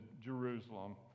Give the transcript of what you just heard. Jerusalem